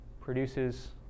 produces